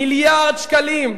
מיליארד שקלים.